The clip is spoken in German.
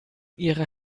ihrer